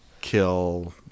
Kill